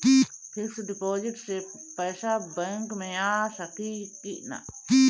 Fix deposit से पैसा bank मे आ सकी कि ना?